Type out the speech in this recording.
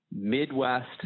Midwest